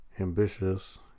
ambitious